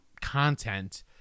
content